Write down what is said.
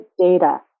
data